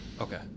Okay